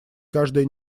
каждая